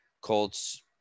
Colts